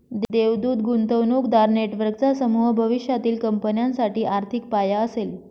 देवदूत गुंतवणूकदार नेटवर्कचा समूह भविष्यातील कंपन्यांसाठी आर्थिक पाया असेल